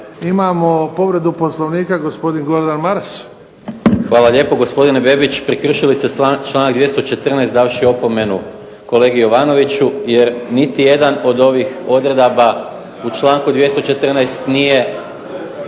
imamo povredu Poslovnika, gospodin Gordan Maras. **Maras, Gordan (SDP)** Hvala lijepo, gospodine Bebić. Prekršili ste članak 214. davši opomenu kolegi Jovanoviću jer niti jedna od ovih odredaba u članku 214. nije